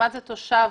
תושב